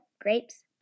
grapes